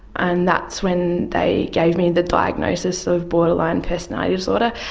and that's when they gave me the diagnosis of borderline personality disorder.